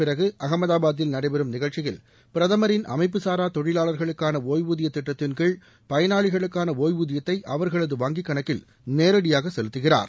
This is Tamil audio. பிறகு அகமதாபாத்தில் நடைபெறும் நிகழ்ச்சியில் பிரதமரின் அமைப்புசாரா அதன் தொழிலாளர்களுக்கான ஒய்வூதிய திட்டத்தின்கீழ் பயனாளிகளுக்கான ஒய்வூதியத்தை அவர்களது வங்கிக் கணக்கில் நேரடியாக செலுத்துகிறார்